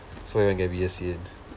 so you want to get B_S_C